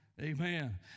Amen